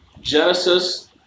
Genesis